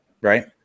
Right